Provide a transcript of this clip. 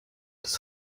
das